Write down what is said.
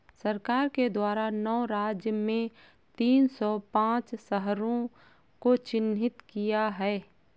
सरकार के द्वारा नौ राज्य में तीन सौ पांच शहरों को चिह्नित किया है